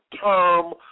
term